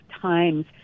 times